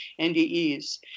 NDEs